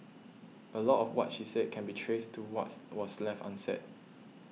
a lot of what she said can be traced to what's was left unsaid